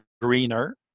greener